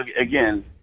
again